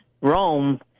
Rome